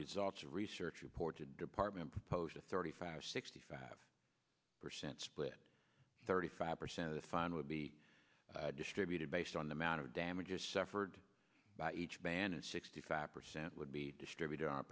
results of research reports a department proposed a thirty five sixty five percent split thirty five percent of the fine would be distributed based on the amount of damages suffered by each band and sixty five percent would be distribut